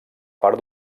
part